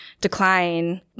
decline